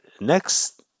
next